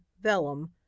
vellum